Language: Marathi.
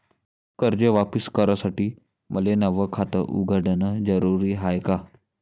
कर्ज वापिस करासाठी मले नव खात उघडन जरुरी हाय का?